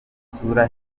isura